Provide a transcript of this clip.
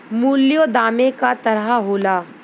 मूल्यों दामे क तरह होला